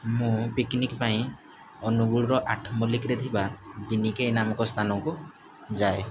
ମୁଁ ପିକିନିକ୍ ପାଇଁ ଅନୁଗୁଳର ଆଠ ମଲିକ୍ରେ ଥିବା ବିନିକେଇ ନାମକ ସ୍ଥାନକୁ ଯାଏ